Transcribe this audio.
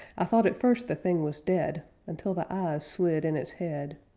i thought at first the thing was dead until the eyes slid in its head.